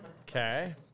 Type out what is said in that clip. Okay